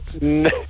No